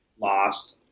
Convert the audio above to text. Lost